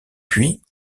puis